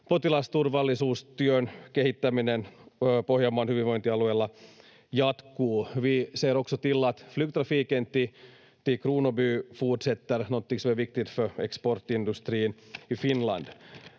potilasturvallisuustyön kehittäminen Pohjanmaan hyvinvointialueella jatkuu. Vi ser också till att flygtrafiken till Kronoby fortsätter, någonting som är viktigt för exportindustrin i Finland.